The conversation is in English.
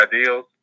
ideals